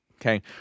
okay